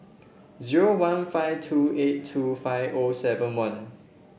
zero one five two eight two five O seven one